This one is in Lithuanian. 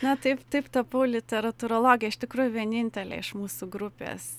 na taip taip tapau literatūrologė iš tikrųjų vienintelė iš mūsų grupės